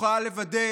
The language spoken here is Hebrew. שיוכל לוודא